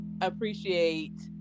appreciate